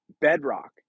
bedrock